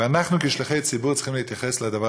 ואנחנו כשליחי ציבור צריכים להתייחס לדבר